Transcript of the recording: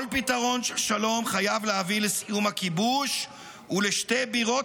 כל פתרון של שלום חייב להביא לסיום הכיבוש ולשתי בירות